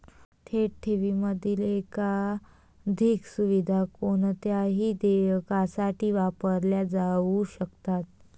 थेट ठेवींमधील एकाधिक सुविधा कोणत्याही देयकासाठी वापरल्या जाऊ शकतात